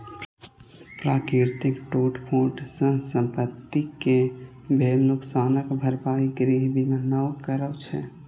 प्राकृतिक टूट फूट सं संपत्ति कें भेल नुकसानक भरपाई गृह बीमा नै करै छै